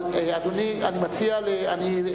אדוני היושב-ראש,